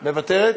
אני, תודה רבה.